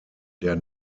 der